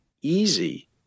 easy